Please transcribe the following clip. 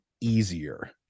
easier